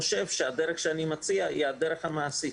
אני חושב שהדרך שאני מציע היא הדרך המעשית.